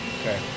Okay